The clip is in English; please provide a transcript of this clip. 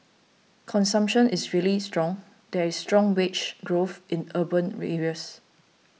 consumption is really strong there is strong wage growth in urban areas